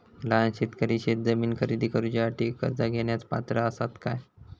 लहान शेतकरी शेतजमीन खरेदी करुच्यासाठी कर्ज घेण्यास पात्र असात काय?